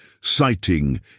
citing